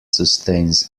sustains